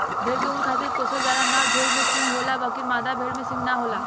भेड़ के ऊँन खातिर पोसल जाला, नर भेड़ में सींग होला बकीर मादा भेड़ में सींग ना होला